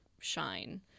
shine